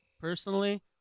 personally